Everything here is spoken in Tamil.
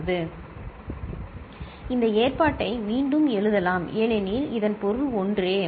f x4 x3 1 இந்த ஏற்பாட்டை மீண்டும் எழுதலாம் ஏனெனில் இதன் பொருள் ஒன்றே சரி